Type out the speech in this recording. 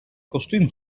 kostuum